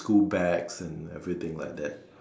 school bags and everything like that